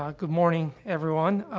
ah good morning, everyone. um,